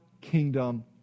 kingdom